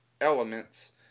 elements